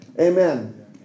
Amen